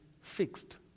fixed